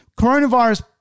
Coronavirus